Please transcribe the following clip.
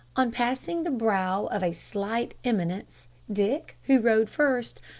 on passing the brow of a slight eminence, dick, who rode first,